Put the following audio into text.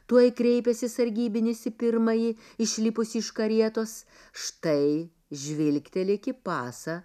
tuoj kreipėsi sargybinis į pirmąjį išlipusį iš karietos štai žvilgtelėk į pasą